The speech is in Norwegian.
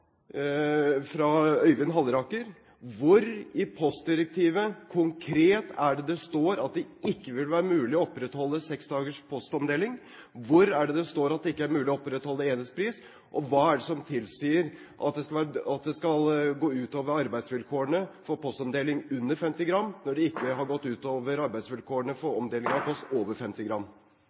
Øyvind Halleraker: Hvor i postdirektivet konkret er det det står at det ikke vil være mulig å opprettholde seks dagers postomdeling? Hvor er det det står at det ikke er mulig å opprettholde enhetspris? Og hva er det som tilsier at det skal gå ut over arbeidsvilkårene for omdeling av post under 50 gram , når det ikke har gått ut over arbeidsvilkårene for omdeling av post over 50 gram?